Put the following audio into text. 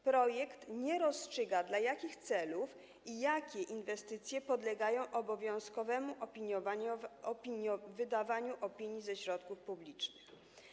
Projekt nie rozstrzyga, dla jakich celów i jakie inwestycje podlegają obowiązkowemu wydawaniu opinii, ze środków publicznych.